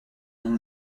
nom